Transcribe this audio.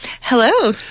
Hello